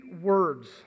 words